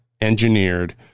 engineered